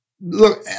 Look